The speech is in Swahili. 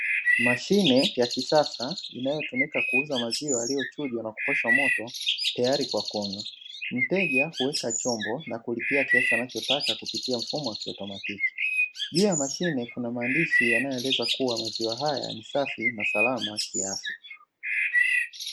Mashine ya kisasa inayotumika kuuza maziwa yaliyochujwa na kupashwa moto tayari kwa kunywa, mteja huweka chombo na kulipia kiasi anachotaka kwa mfumo wa kiautomatiki, juu ya mashine kuna maandishi yanayoeleza kuwa maziwa haya ni safi na salama kiafya.